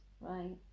Right